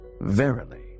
Verily